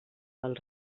pel